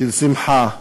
של שמחה,